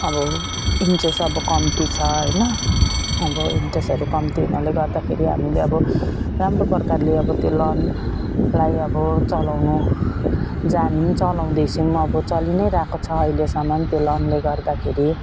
अब इन्ट्रेस्ट अब कम्ती छ हैन अब इन्ट्रेस्टहरू कम्ती हुनाले गर्दाखेरि हामीले अब राम्रो प्रकारले अब त्यो लोन लाई अब चलाउनु जान्यौँ चलाउँदैछौँ अब चली नै रहेको छ अहिलेसम्म त्यो लोनले गर्दाखेरि